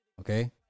Okay